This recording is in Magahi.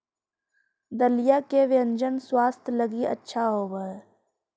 दलिया के व्यंजन स्वास्थ्य लगी अच्छा होवऽ हई